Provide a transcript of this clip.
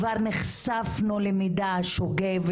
כבר נחשפנו למידע שוגה,